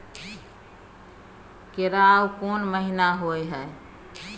केराव कोन महीना होय हय?